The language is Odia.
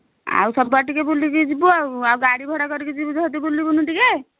ଆଉ ସବୁ ଆଡ଼େ ଟିକିଏ ବୁଲିକି ଯିବୁ ଆଉ ଗାଡ଼ି ଭଡ଼ା କରିକି ଯିବୁ ଯଦି ଆଉ ବୁଲିବୁନି ଟିକିଏ